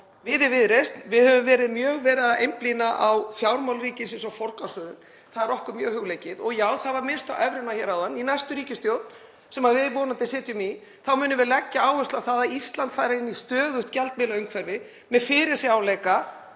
Við í Viðreisn höfum mjög verið að einblína á fjármál ríkisins og forgangsröðun. Það er okkur mjög hugleikið. Og já, það var minnst á evruna hér áðan. Í næstu ríkisstjórn, sem við vonandi sitjum í, munum við leggja áherslu á það að Ísland fari inn í stöðugt gjaldmiðlaumhverfi með fyrirsjáanleika